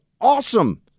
awesome